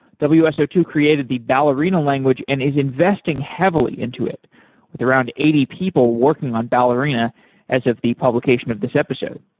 w s o two created the ballerina language and is investing heavily into it with around eighty people working on ballerina as of the publication of this episode.